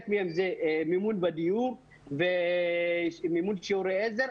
ממנה היא מימון בדיור ומימון שיעורי עזר.